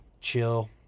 chill